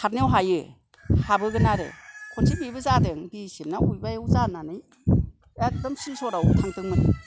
खारनायाव हायो हाबोगोन आरो खनसे बेबो जादों बि स एफ ना अबेबाआव जानानै एकदम सिलसराव थांदोंमोन